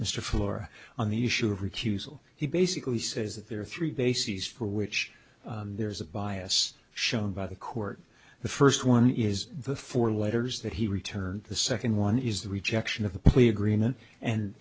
mr flora on the issue of recusal he basically says that there are three bases for which there is a bias shown by the court the first one is the four letters that he returned the second one is the rejection of the plea agreement and